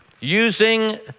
using